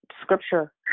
scripture